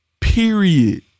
Period